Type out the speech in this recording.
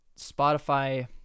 Spotify